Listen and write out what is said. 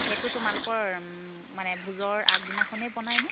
সেইটো তোমালোকৰ মানে ভোজৰ আগদিনাখনেই বনাইনে